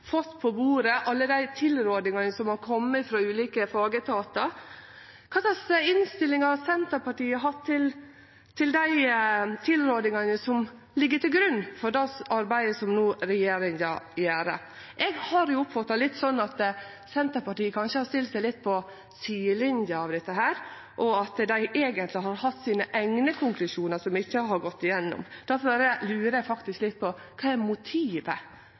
fått på bordet, alle dei tilrådingane som har kome frå ulike fagetatar – kva slags innstilling har Senterpartiet hatt til dei tilrådingane som ligg til grunn for det arbeidet som regjeringa no gjer? Eg har oppfatta det slik at Senterpartiet kanskje har stilt seg litt på sidelinja av dette, og at dei eigentleg har hatt sine eigne konklusjonar, som ikkje har gått gjennom. Difor lurer eg faktisk litt på kva som er motivet